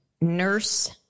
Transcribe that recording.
Nurse